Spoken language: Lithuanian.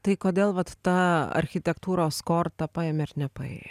tai kodėl vat ta architektūros korta paėmė ir nepaėjo